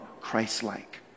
Christ-like